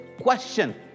question